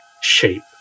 shape